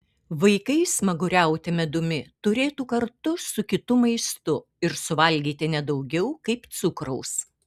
vaikai smaguriauti medumi turėtų kartu su kitu maistu ir suvalgyti ne daugiau kaip cukraus